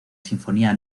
sinfonía